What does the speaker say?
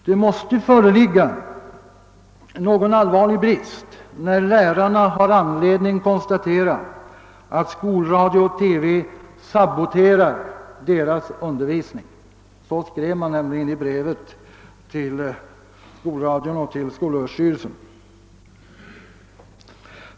Det måste föreligga någon allvarlig brist när lärarna har anledning konstaiera att skolradio och TV saboterar deras undervisning — så uttryckte man sig nämligen i brev till skolradion och skolöverstyrelsen.